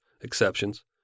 exceptions